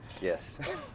Yes